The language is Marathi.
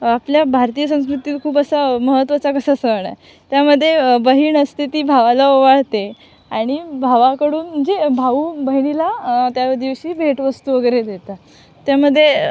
आपल्या भारतीय संस्कृतीत खूप असा महत्त्वाचा कसा सण आहे त्यामध्ये बहीण असते ती भावाला ओवाळते आणि भावाकडून म्हणजे भाऊ बहिणीला त्यादिवशी भेटवस्तू वगैरे देतात त्यामध्ये